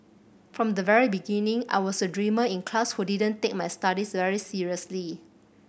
from the very beginning I was a dreamer in class who didn't take my studies very seriously